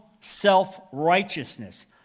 self-righteousness